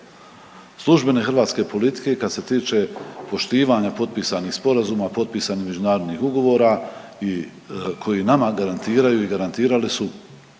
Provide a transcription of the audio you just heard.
službene hrvatske politike kad se tiče poštivanja potpisanih sporazuma, potpisanih međunarodnih ugovora koji nama garantiraju i garantirali su